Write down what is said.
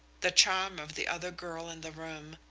the charm of the other girl in the room,